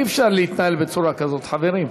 אי-אפשר להתנהל בצורה כזאת, חברים.